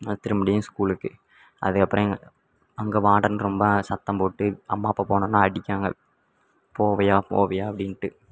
திரும்பியும் ஸ்கூலுக்கு அதுக்கப்புறம் எங் அங்கே வாடன் ரொம்ப சத்தம் போட்டு அம்மா அப்பா போனோன்னே அடிக்காங்க போவேயா போவேயா அப்படின்ட்டு